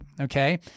okay